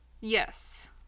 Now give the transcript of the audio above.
yes